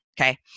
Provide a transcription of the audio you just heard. Okay